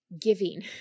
giving